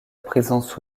présence